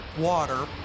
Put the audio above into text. water